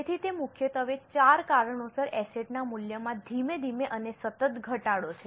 તેથી તે મુખ્યત્વે ચાર કારણોસર એસેટ ના મૂલ્યમાં ધીમે ધીમે અને સતત ઘટાડો છે